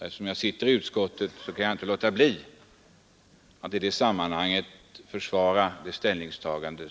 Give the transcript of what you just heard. Eftersom jag är ledamot av utskottet, kan jag inte låta bli att mot denna bakgrund försvara utskottets ställningstagande.